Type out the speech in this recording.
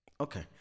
Okay